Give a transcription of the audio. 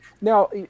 Now